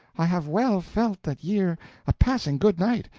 i have well felt that ye are a passing good knight,